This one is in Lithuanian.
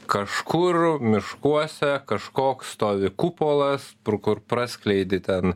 kažkur miškuose kažkoks stovi kupolas pro kur praskleidi ten